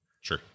Sure